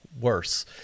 worse